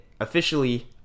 officially